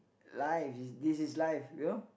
live this is live you know